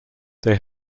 they